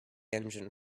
engine